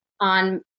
on